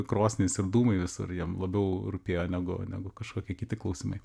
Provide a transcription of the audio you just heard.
krosnis ir dūmai visur jam labiau rūpėjo negu negu kažkokie kiti klausimai